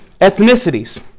ethnicities